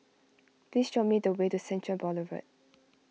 please show me the way to Central Boulevard